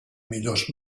millors